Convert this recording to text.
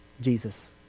Jesus